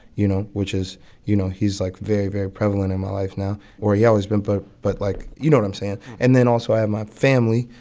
you know, which is you know, he's like very, very prevalent in my life now. or he always been. but but like, you know what i'm saying. and then also, i have my family.